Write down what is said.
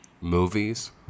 movies